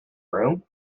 room